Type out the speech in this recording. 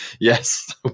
Yes